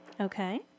Okay